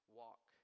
walk